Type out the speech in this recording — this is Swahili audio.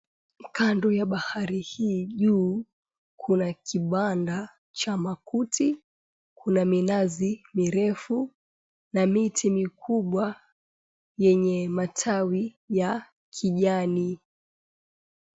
Kando ya bahari hii juu kuna kibanda cha makuti kuna, minazi mirefu na miti mikubwa yenye matawi ya kijani.